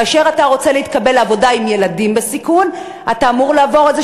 כאשר אתה רוצה להתקבל לעבודה עם ילדים בסיכון אתה אמור לעבור איזה